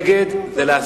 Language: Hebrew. אין נמנעים.